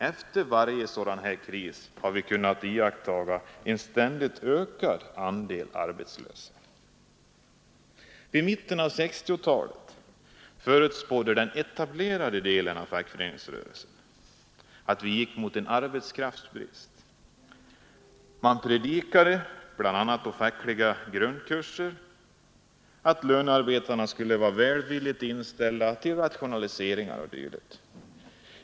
Efter varje sådan kris har vi kunnat iaktta en ständigt ökad andel arbetslösa. Vid mitten av 1960-talet förutspådde den etablerade delen av fackföreningsrörelsen att vi gick mot arbetskraftsbrist. Man predikade, bl.a. på fackliga grundkurser, att lönearbetarna skulle vara välvilligt inställda till rationaliseringar o.d.